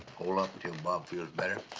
hole up until bob feels better,